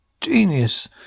Genius